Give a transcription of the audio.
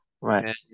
Right